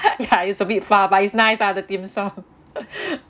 ya it's a bit far but it's nice ah the dim sum